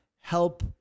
help